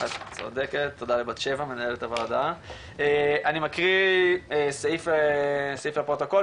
אני מקריא סעיף לפרוטוקול,